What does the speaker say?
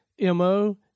MO